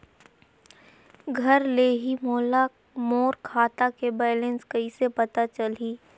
घर ले ही मोला मोर खाता के बैलेंस कइसे पता चलही?